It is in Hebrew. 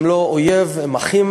הם לא אויב, הם אחים.